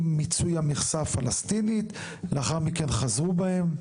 מיצוי המכסה הפלסטינית ולאחר מכן חזרו בהם.